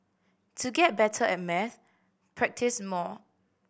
to get better at maths practise more